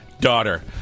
Daughter